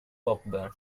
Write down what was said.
cockburn